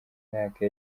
mwaka